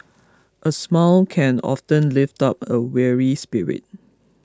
a smile can often lift up a weary spirit